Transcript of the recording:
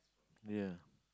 yeah